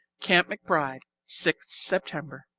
camp mcbride, sixth september